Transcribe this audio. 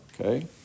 okay